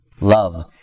love